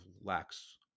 lacks